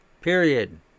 Period